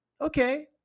Okay